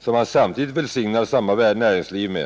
som han samtidigt Nr 114 välsignar samma näringsliv med.